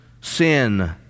sin